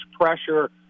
pressure